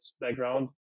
background